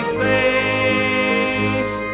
face